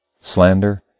Slander